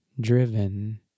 driven